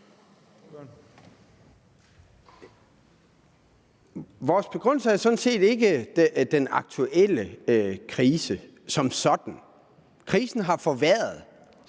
Vores begrundelse er sådan set ikke den aktuelle krise som sådan. Krisen har forværret